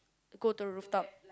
go to the rooftop